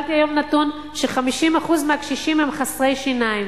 קיבלתי היום נתון ש-50% מהקשישים הם חסרי שיניים.